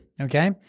Okay